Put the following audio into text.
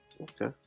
Okay